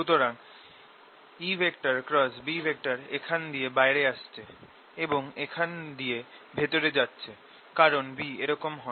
সুতরাং EB এখান দিয়ে বাইরে আসছে এবং এখানে দিয়ে ভেতরে যাচ্ছে কারণ B এরকম হয়